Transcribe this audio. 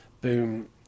boom